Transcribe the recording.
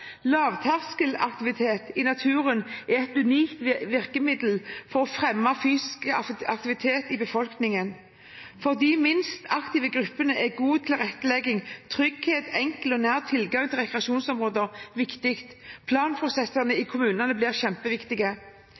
Lavterskelaktivitet i naturen er et unikt virkemiddel for å fremme fysisk aktivitet i befolkningen. For de minst aktive gruppene er god tilrettelegging, trygghet og enkel og nær tilgang til rekreasjonsområder viktig. Planprosessene i kommunene blir kjempeviktige.